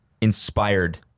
inspired